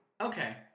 Okay